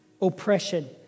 Oppression